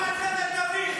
מה עם צוות האוויר?